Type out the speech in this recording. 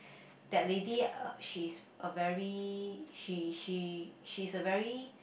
that lady uh she's a very she she she's a very